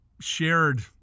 shared